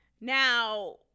Now